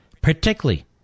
particularly